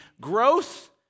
growth